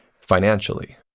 financially